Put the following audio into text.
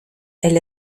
elle